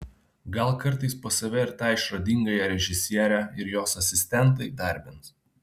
gal kartais pas save ir tą išradingąją režisierę ir jos asistentą įdarbins